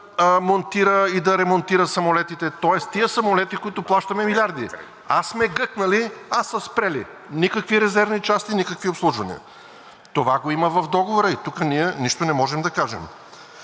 да монтира и да ремонтира самолетите, тоест тези самолети, за които плащаме милиарди. А сме гъкнали, а са спрели – никакви резервни части, никакви обслужвания. Това го има в договора и тук ние нищо не можем да кажем.